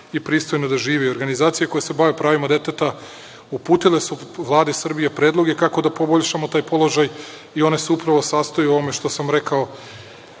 i pristojno da žive. Organizacije koje se bave pravima deteta uputile su Vladi Srbije predloge kako da poboljšamo taj položaj i oni se upravo sastoje od ovoga što sam rekao.